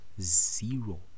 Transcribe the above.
zero